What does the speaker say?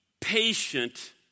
patient